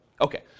Okay